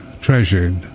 treasured